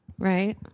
Right